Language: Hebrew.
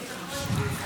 נתקבל.